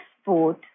sport